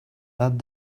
add